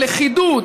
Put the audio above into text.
הלכידות,